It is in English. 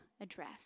address